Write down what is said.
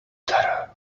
terror